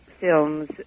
films